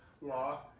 law